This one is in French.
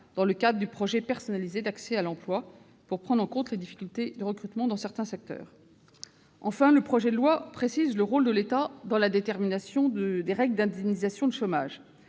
dans le cadre du projet personnalisé d'accès à l'emploi, pour prendre en compte les difficultés de recrutement de certains secteurs. En outre, le projet de loi précise le rôle de l'État dans la détermination des règles d'indemnisation du chômage,